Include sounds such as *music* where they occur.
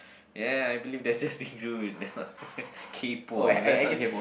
yeah I believe that's just being rude that's not *laughs* kaypoh I I guess